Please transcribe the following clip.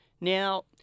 Now